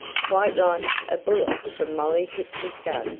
quite like a bullet from molly pitcher's gun,